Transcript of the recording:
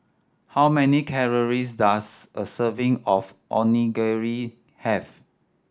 how many calories does a serving of Onigiri have